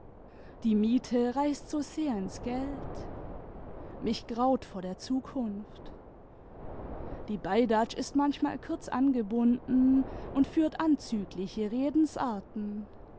die miete reißt so sehr ins geld mick gaut vor der zukunft die bddatsck ist manckmal kurz angebunden und fübrt anzüglicke redensarten